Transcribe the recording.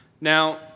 Now